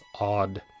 odd